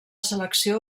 selecció